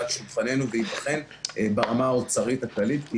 על שולחננו וייבחן ברמה האוצרית הכללית.